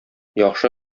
яхшы